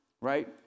right